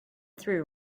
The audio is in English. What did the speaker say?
threw